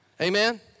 Amen